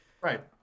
Right